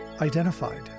identified